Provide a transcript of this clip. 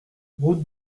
route